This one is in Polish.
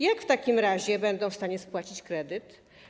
Jak w takim razie będą w stanie spłacić kredyt?